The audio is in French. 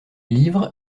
livres